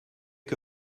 que